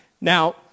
Now